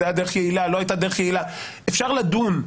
זו הייתה דרך יעילה, לא יעילה, אפשר לדון.